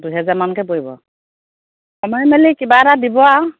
দুইহেজাৰ মানকৈ পৰিব কমাই মেলি কিবা এটা দিব আ